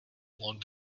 along